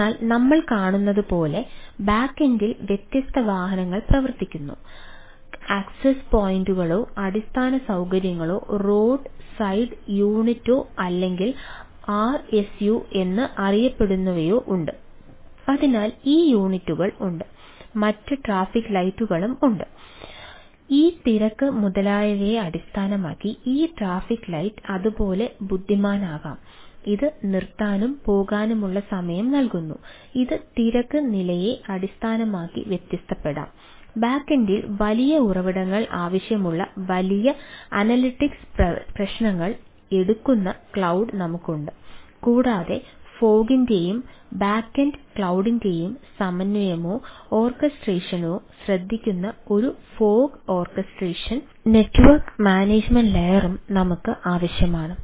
അതിനാൽ നമ്മൾ കാണുന്നതുപോലെ ബാക്കെൻഡിൽ നമുക്ക് ആവശ്യമാണ്